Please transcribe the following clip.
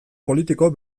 politiko